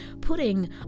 putting